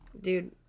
Dude